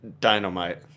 Dynamite